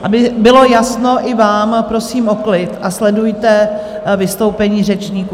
Aby bylo jasno i vám, prosím o klid a sledujte vystoupení řečníků.